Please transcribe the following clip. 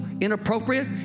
inappropriate